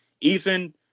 ethan